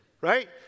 Right